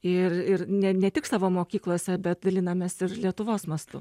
ir ir ne ne tik savo mokyklose bet dalinamės ir lietuvos mastu